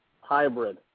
hybrid